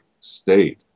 state